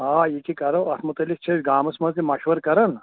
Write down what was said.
آ یہِ کہِ کرو اَتھ مُتعلِق چھِ أسۍ گامس منٛز تہِ مشورٕ کران